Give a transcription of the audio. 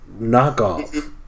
knockoff